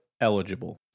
eligible